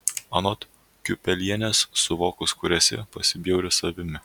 anot kiupelienės suvokus kur esi pasibjauri savimi